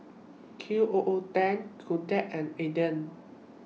Q O O ten Kodak and Aden